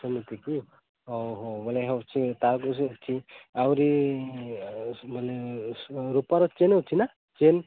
ସେମିତି କି ହଉ ହଉ ମାନେ ହେଉଛି ତାରକସି ଆହୁରି ମାନେ ରୂପାର ଚେନ୍ ଅଛି ନା ଚେନ୍